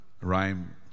rhyme